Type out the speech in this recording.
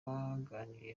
baganiriye